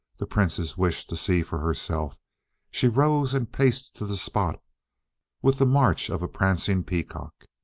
the princess wished to see for herself she rose and paced to the spot with the march of a prancing peacock.